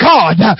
God